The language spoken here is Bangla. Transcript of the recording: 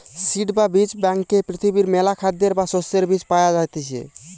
সিড বা বীজ ব্যাংকে পৃথিবীর মেলা খাদ্যের বা শস্যের বীজ পায়া যাইতিছে